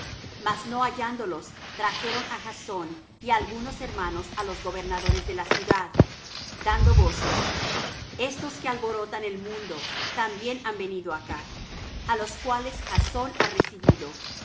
mas no hallándolos trajeron á jasón y á algunos hermanos á los gobernadores de la ciudad dando voces estos que alborotan el mundo también han venido acá a los cuales jasón ha recibido